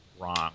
wrong